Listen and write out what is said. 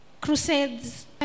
Crusades